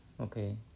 okay